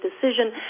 decision